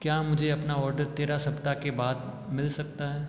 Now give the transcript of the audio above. क्या मुझे अपना ऑर्डर तेरह सप्ताह के बाद मिल सकता है